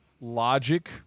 logic